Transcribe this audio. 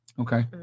Okay